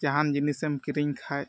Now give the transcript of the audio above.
ᱡᱟᱦᱟᱱ ᱡᱤᱱᱤᱥᱮᱢ ᱠᱤᱨᱤᱧ ᱠᱷᱟᱡ